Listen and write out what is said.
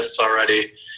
already